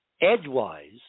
edgewise